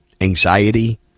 anxiety